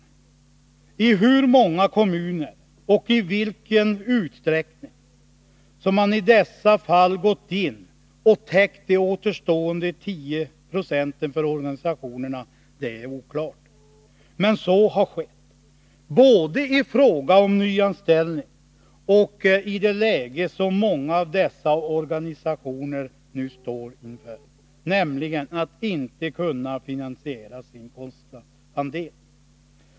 Det är oklart i hur många kommuner, och i vilken utsträckning, som man har gått in och täckt återstående 10 6 för organisationerna, men så har skett, både i fråga om nyanställning och som en hjälp i det läge som många av dessa organisationer nu står inför, nämligen att inte kunna finansiera sin kostnadsandel.